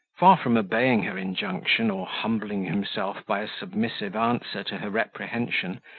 far from obeying her injunction, or humbling himself by a submissive answer to her reprehension,